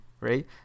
Right